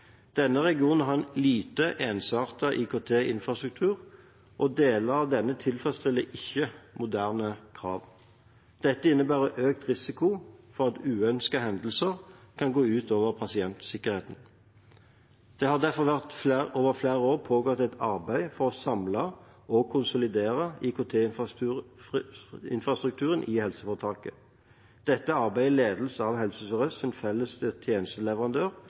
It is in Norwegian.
Denne regionen har en lite ensartet IKT-infrastruktur, og deler av denne tilfredsstiller ikke moderne krav. Dette innebærer økt risiko for at uønskede hendelser kan gå ut over pasientsikkerheten. Det har derfor over flere år pågått et arbeid for å samle og konsolidere IKT-infrastrukturen i helseforetaket. Dette arbeidet ledes av Helse Sør-Øst sin felles tjenesteleverandør,